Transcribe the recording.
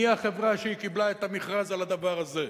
מי החברה שקיבלה את המכרז לדבר הזה.